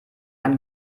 eine